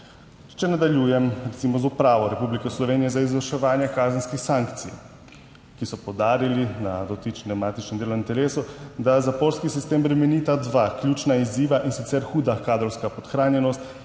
Če nadaljujem, recimo z Upravo Republike Slovenije za izvrševanje kazenskih sankcij, ki so poudarili na dotičnem matičnem delovnem telesu, da zaporski sistem bremenita dva ključna izziva, in sicer huda kadrovska podhranjenost